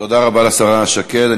תודה רבה לשרה שקד.